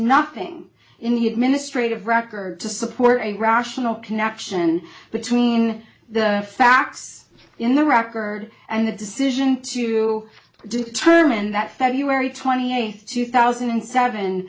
nothing in the administrative record to support a rational connection between the facts in the record and the decision to determine that february twenty eighth two thousand and seven